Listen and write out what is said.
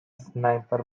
sniper